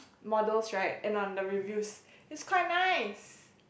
models right and on the reviews it's quite nice